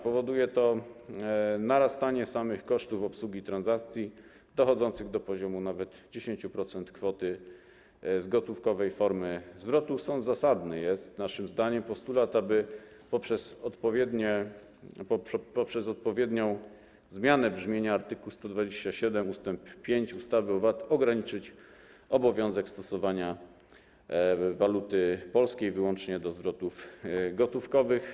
Powoduje to narastanie samych kosztów obsługi transakcji dochodzących do poziomu nawet 10% kwoty z gotówkowej formy zwrotu, stąd zasadny jest naszym zdaniem postulat, aby poprzez odpowiednią zmianę brzmienia art. 127 ust. 5 ustawy o VAT ograniczyć obowiązek stosowania waluty polskiej wyłącznie do zwrotów gotówkowych.